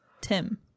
Tim